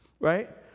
right